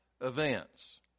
events